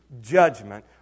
judgment